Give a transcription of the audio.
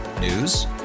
News